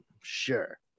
Sure